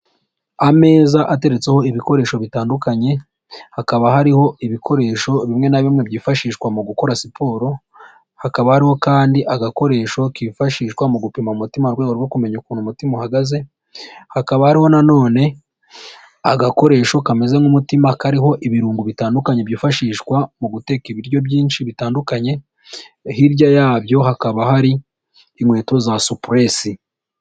Ameza ateretseho ibikoresho bitandukanye hakaba hariho ibikoresho bimwe na bimwe byifashishwa mu gukora siporo hakaba kandi agakoresho kifashishwa mu gupima umutima mu rwego rwo kumenya ukuntu umutima uhagaze hakaba ari nano agakoresho kameze nk'umutima kariho ibirungo bitandukanye byifashishwa mu guteka ibiryo byinshi bitandukanye hirya yabyo hakaba hari inkweto za superesi.